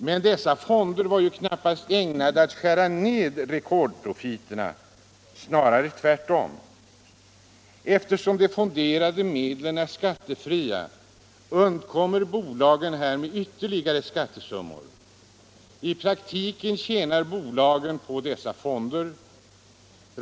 Men dessa fonder var ju knappast ägnade att skära ned rekordprofiterna. Snarare tvärtom. Eftersom de fonderade medlen är skattefria undkommer bolagen därmed ytterligare skattesummor. I praktiken tjänar bolagen på dessa fonder.